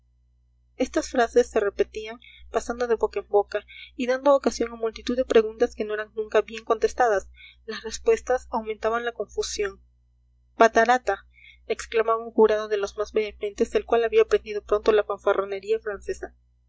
estas frases se repetían pasando de boca en boca y dando ocasión a multitud de preguntas que no eran nunca bien contestadas las respuestas aumentaban la confusión patarata exclamaba un jurado de los más vehementes el cual había aprendido pronto la fanfarronería francesa